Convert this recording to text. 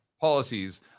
policies